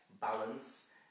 balance